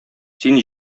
син